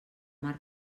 mar